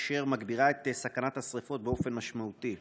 אשר מגבירה את סכנות השרפות באופן משמעותי.